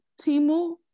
timu